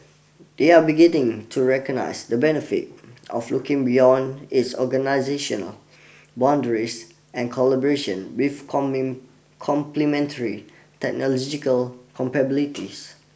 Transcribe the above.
they are beginning to recognize the benefits of looking beyond its organizational boundaries and collaboration with coming complementary technological capabilities